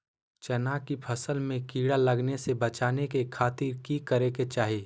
चना की फसल में कीड़ा लगने से बचाने के खातिर की करे के चाही?